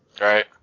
Right